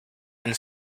and